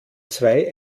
zwei